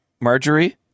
Marjorie